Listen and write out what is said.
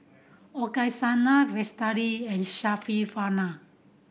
Qaisara Lestari and Syarafina